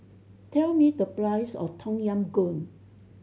tell me the price of Tom Yam Goong